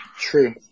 True